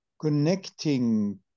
connecting